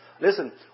Listen